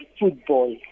football